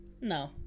No